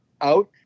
out